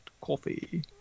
Coffee